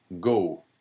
go